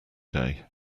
day